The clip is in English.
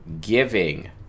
giving